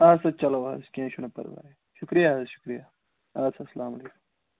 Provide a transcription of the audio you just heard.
آد سا چلو حظ کیٚنٛہہ چھُنہٕ پَرواے شُکریہ حظ شُکریہ آدٕ سا السلام علیکُم